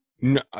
no